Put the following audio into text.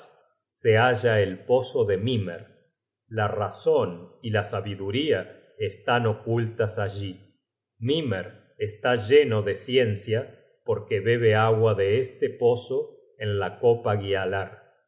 se halla el pozo de mimer la razon y la sabiduría están ocultas allí mimer está lleno de ciencia porque bebe agua de este pozo en la copa